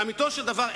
לאמיתו של דבר,